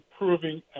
improving